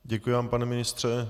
Děkuji vám, pane ministře.